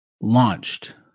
launched